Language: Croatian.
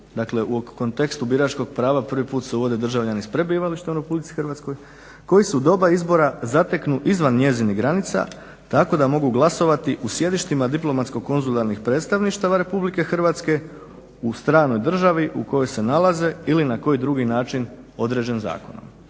Dakle, u kontekstu biračkog prava prvi put se uvode državljani s prebivalištem u RH, koji se u doba izbora zateknu izvan njezinih granica tako da mogu glasovati u sjedištima diplomatsko-konzularnih predstavništava RH u stranoj državi u kojoj se nalaze ili na koji drugi način određen zakonom.